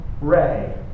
ray